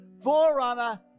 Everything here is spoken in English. forerunner